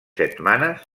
setmanes